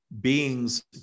beings